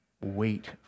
wait